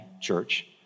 church